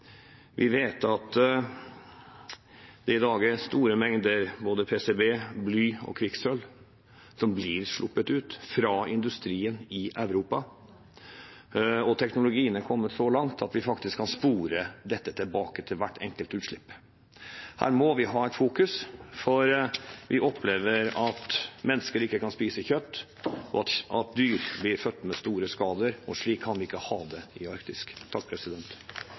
Vi vet at det i dag er store mengder av både PCB, bly og kvikksølv som blir sluppet ut fra industrien i Europa, og teknologien har kommet så langt at man faktisk kan spore dette tilbake til hvert enkelt utslipp. Dette må man fokusere på, for vi opplever at mennesker ikke kan spise kjøtt, og at dyr blir født med store skader. Slik kan vi ikke ha det i